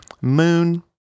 moon